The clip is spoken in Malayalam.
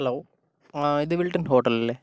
ഹലോ ഇതു വിൽട്ടൺ ഹോട്ടൽ അല്ലെ